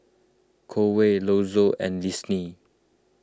Conway Lonzo and Lynsey